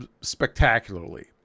spectacularly